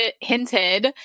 hinted